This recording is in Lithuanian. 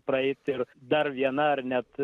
praeiti ir dar viena ar net